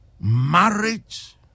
marriage